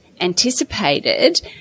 anticipated